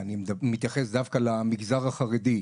ואני מתייחס דווקא למגזר החרדי,